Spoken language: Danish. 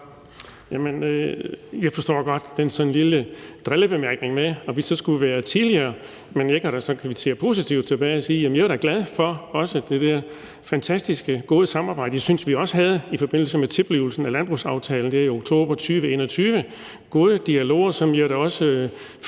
forstår godt den sådan lille drillebemærkning om, at vi skulle være et tidligere landbrugsparti, men jeg kan da så kvittere positivt tilbage og sige, at jeg da var glad for det fantastisk gode samarbejde, som jeg synes vi også havde i forbindelse med tilblivelsen af landbrugsaftalen der i oktober 2021, med gode dialoger, som jeg jo da også